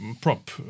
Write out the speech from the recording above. prop